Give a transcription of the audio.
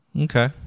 Okay